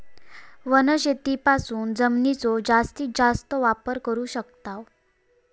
वनशेतीपासून जमिनीचो जास्तीस जास्त वापर करू शकताव